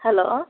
hello